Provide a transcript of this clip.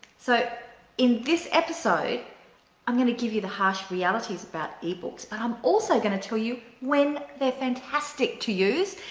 so in this episode i'm going to give the harsh realities about ebooks. but i'm also going to tell you when they're fantastic to use,